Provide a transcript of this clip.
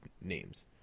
names